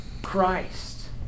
Christ